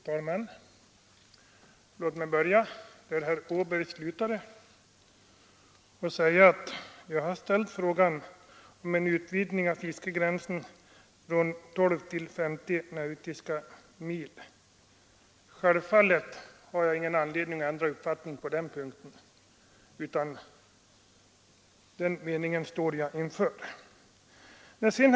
Herr talman! Låt mig börja där herr Åberg slutade och säga att min interpellation gällde en utvidgning av fiskegränsen från 12 till 50 nautiska mil. Självfallet har jag ingen anledning att ändra uppfattning på den punkten; den meningen står jag för att det bör ske en utvidgning.